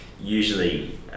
usually